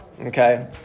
okay